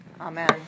Amen